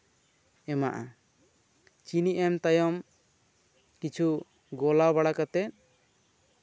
ᱮᱢᱟᱜᱼᱟ ᱪᱤᱱᱤ ᱮᱢ ᱛᱟᱭᱚᱢ ᱠᱤᱪᱷᱩ ᱜᱚᱞᱟᱣ ᱵᱟᱲᱟ ᱠᱟᱛᱮ